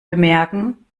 bemerken